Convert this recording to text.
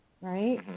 right